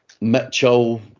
Mitchell